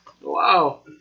Wow